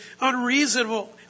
unreasonable